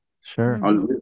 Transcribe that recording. sure